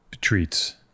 treats